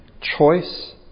choice